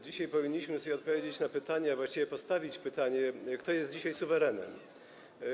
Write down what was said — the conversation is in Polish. Dzisiaj powinniśmy sobie odpowiedzieć na pytanie, a właściwie postawić pytanie, kto jest dzisiaj suwerenem.